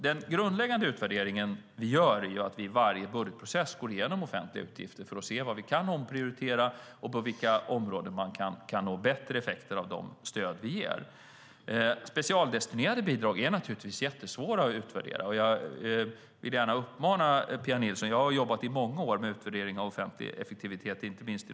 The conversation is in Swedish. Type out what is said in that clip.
Den grundläggande utvärderingen sker i varje budgetprocess, då vi går igenom offentliga utgifter för att se vad vi kan omprioritera och på vilka områden man kan nå bättre effekter av de stöd vi ger. Specialdestinerade bidrag är naturligtvis jättesvåra att utvärdera. Jag har jobbat i många år med utvärdering av offentlig effektivitet.